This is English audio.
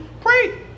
Pray